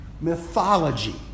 mythology